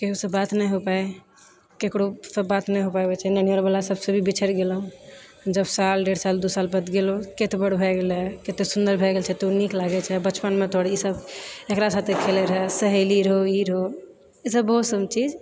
केहू से बात नहि हो पाय केकरो से बात नहि हो पाबै छै नहि नैहर वाला सबसे भी बिछैड़ गेलहुँ जब साल डेढ़ साल दू साल बाद गेलहुँ किए दुबर भए गेले कते सुन्दर लागै छें तू नीक लागै छे बचपनमे तोहर ई सब एकरा साथे खेलय रहै सहेली रहौ ई रहौ ई सब बहुत चीज